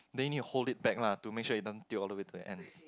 then you need to hold it back lah to make sure it doesn't tilt all the way to the end